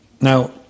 now